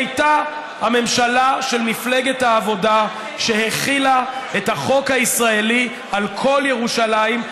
הממשלה של מפלגת העבודה היא שהחילה את החוק הישראלי על כל ירושלים,